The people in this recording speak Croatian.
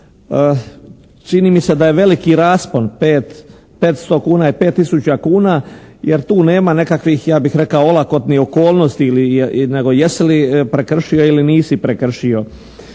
Čini mi se da je veliki raspon 500 kuna i 5 tisuća kuna jer tu nema nekakvih ja bih rekao olakotnih okolnosti nego jesi li prekršio ili nisi prekršio.